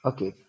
Okay